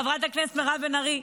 חברת הכנסת מירב בן ארי,